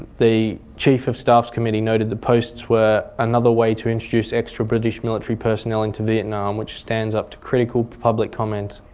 the chief of staff committee noted the posts were another way to introduce extra british miliary personnel into vietnam which stands up to critical public comment.